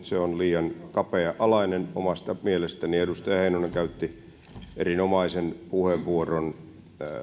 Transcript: se on liian kapea alainen omasta mielestäni edustaja heinonen käytti erinomaisen puheenvuoron